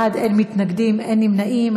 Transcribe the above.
מתנגדים, אין נמנעים.